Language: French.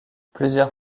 plusieurs